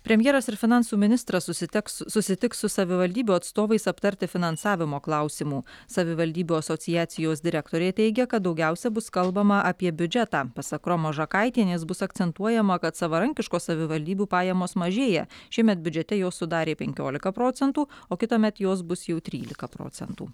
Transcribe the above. premjeras ir finansų ministras susitiks susitiks su savivaldybių atstovais aptarti finansavimo klausimų savivaldybių asociacijos direktorė teigia kad daugiausia bus kalbama apie biudžetą pasak romos žakaitienės bus akcentuojama kad savarankiškos savivaldybių pajamos mažėja šiemet biudžete jos sudarė penkiolika procentų o kitąmet jos bus jau trylika